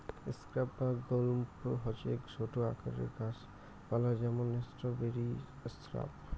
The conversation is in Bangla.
স্রাব বা গুল্ম হসে ছোট আকারের গাছ পালা যেমন স্ট্রবেরি স্রাব